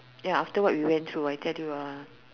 ya after what we went through ya I tell you ah